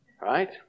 right